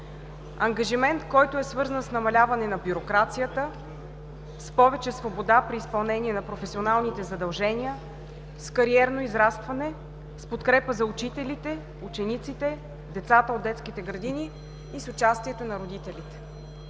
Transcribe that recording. ангажимент, който е свързан с намаляване на бюрокрацията, с повече свобода при изпълнение на професионалните задължения, с кариерно израстване, с подкрепа за учителите, учениците, децата от детските градини и с участието на родителите.